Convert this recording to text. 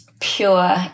pure